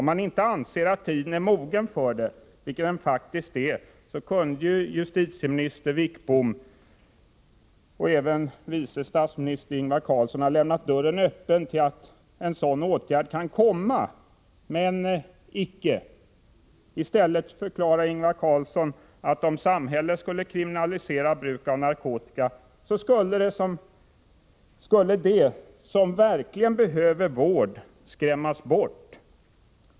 Om man inte anser att tiden är mogen för detta — vilket den faktiskt är — så kunde ju justitieminister Wickbom och även vice statsminister Ingvar Carlsson ha lämnat dörren öppen för att en sådan åtgärd kan komma — men icke. I stället förklarar Ingvar Carlsson att om samhället skulle kriminalisera bruk av narkotika skulle de som verkligen behöver vård skrämmas bort.